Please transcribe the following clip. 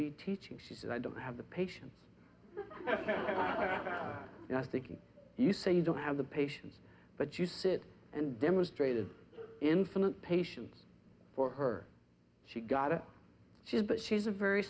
be teaching she said i don't have the patience thinking you say you don't have the patience but you sit and demonstrated infinite patience for her she got it she's but she's a very